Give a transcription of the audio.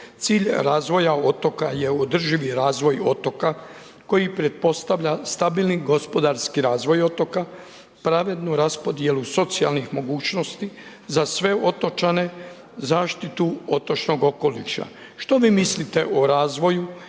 cilj razvoja otoka je održivi razvoj otoka, koji pretpostavlja stabilni gospodarski razvoj otoka, pravednu raspodjelu socijalnih mogućnosti za sve otočane, zaštitu otočnog okoliša. Što vi mislite o razvoju